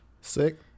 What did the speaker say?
Sick